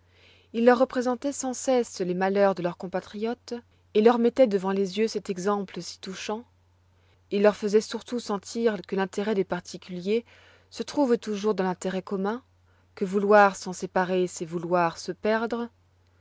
ils leur représentoient sans cesse les malheurs de leurs compatriotes et leur mettoient devant les yeux cet exemple si touchant ils leur faisoient surtout sentir que l'intérêt des particuliers se trouve toujours dans l'intérêt commun que vouloir s'en séparer c'est vouloir se perdre